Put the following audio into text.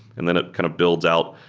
and then it kind of builds out,